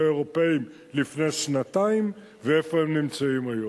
האירופים לפני שנתיים ואיפה הם נמצאים היום,